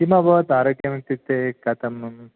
किम् अभवत् आरोग्यम् इत्युक्ते कथम्